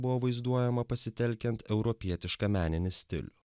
buvo vaizduojama pasitelkiant europietišką meninį stilių